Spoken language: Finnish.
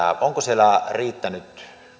onko siellä nyt